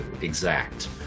exact